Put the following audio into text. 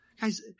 Guys